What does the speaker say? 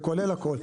זה כולל הכל.